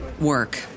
work